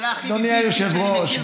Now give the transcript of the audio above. אתם תהיו בבעיה.